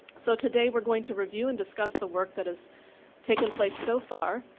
so today we are going to review and discuss the work that has taken place so far.